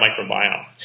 microbiome